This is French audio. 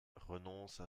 renonce